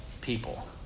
people